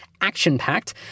action-packed